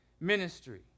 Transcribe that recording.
ministry